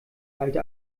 teilte